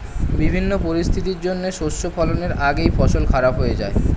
বিভিন্ন পরিস্থিতির জন্যে শস্য ফলনের আগেই ফসল খারাপ হয়ে যায়